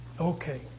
Okay